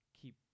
keep